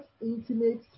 intimate